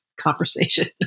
conversation